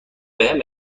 بهم